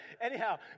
anyhow